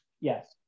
yes